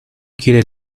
quiere